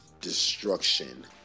destruction